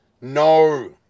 No